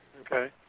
Okay